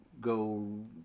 go